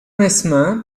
mesmin